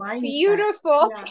beautiful